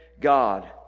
God